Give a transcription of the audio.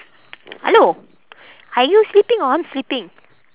hello are you sleeping or I'm sleeping